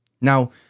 Now